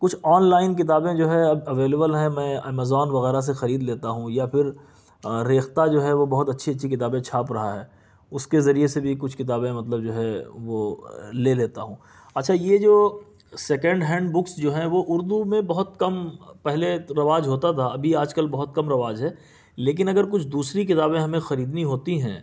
کچھ online کتابیں جو ہے اب اویلبل ہیں میں امیزون وغیرہ سے خرید لیتا ہوں یا پھر ریختہ جو ہے وہ بہت اچھی اچھی کتابیں چھاپ رہا ہے اس کے ذریعے سے بھی کچھ کتابیں مطلب جو ہے وہ لے لیتا ہوں اچھا یہ جو سیکنڈ ہینڈ بکس جو ہیں وہ اردو میں بہت کم پہلے رواج ہوتا تھا ابھی آج کل بہت کم رواج ہے لیکن اگر کچھ دوسری کتابیں ہمیں خریدنی ہوتی ہیں